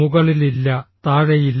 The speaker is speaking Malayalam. മുകളിലില്ല താഴെയില്ല